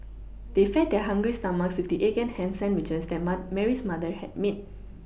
they fed their hungry stomachs with the egg and ham sandwiches that ma Mary's mother had made